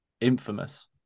infamous